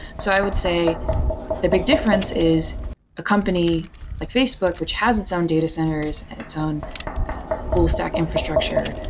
so i would say the big difference is a company like facebook which has its own data centers and its own kind of full-stack infrastructure,